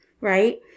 right